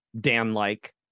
Dan-like